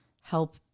help